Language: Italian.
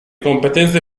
competenze